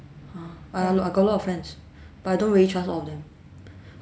!huh! but I g~ I got a lot of friends but I don't really trust all of them